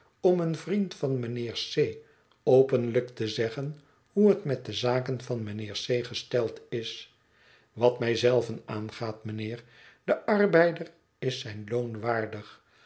om een vriend van mijnheer c openlijk te zeggen hoe het met de zaken van mijnheer c gesteld is wat mij zei ven aangaat mijnheer de arbeider is zijn loon waardig